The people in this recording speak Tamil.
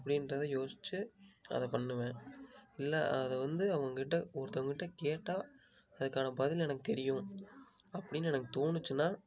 அப்படின்றத யோசிச்சு அதை பண்ணுவேன் இல்லை அதை வந்து அவங்க கிட்ட ஒருத்தவங்க கிட்ட கேட்டால் அதுக்கான பதில் எனக்கு தெரியும் அப்படினு எனக்கு தோணுச்சின்னால்